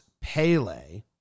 Pele